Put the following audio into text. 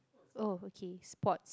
oh okay sports